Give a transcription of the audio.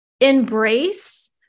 embrace